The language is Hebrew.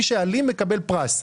מקבל פרס.